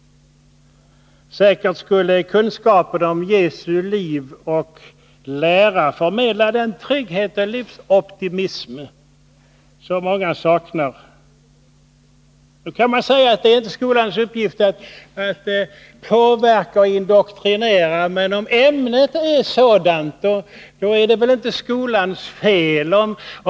Säkert skulle kunskapen om Jesu liv och lära förmedla den trygghet och livsoptimism som många saknar. Man kan säga att det inte är skolans uppgift att påverka och indoktrinera. Men om ämnet i sig är sådant att det fängslar, är det inte skolans fel att eleverna påverkas.